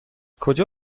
کجا